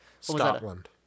Scotland